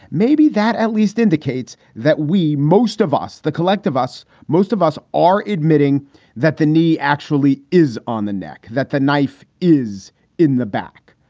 maybe that at least indicates that we most of us, the collective us, most of us are admitting that the nie actually is on the neck, that the knife is in the back.